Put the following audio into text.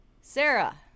Sarah